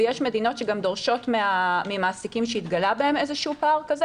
ויש מדינות שגם דורשות ממעסיקים שהתגלה אצלם איזשהו פער כזה,